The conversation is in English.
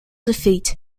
defeat